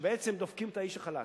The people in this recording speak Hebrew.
שבעצם דופקים את האיש החלש.